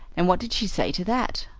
and what did she say to that?